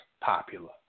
popular